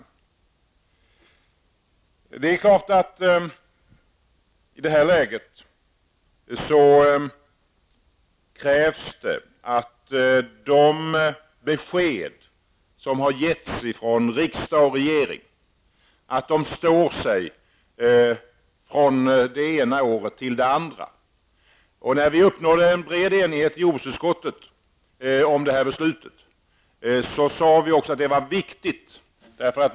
I det här läget krävs det naturligtvis att de besked som ges från riksdag och regering står sig från det ena året till det andra. När vi uppnådde en bred enighet i jordbruksutskottet inför beslutet sade vi att det var väldigt viktigt.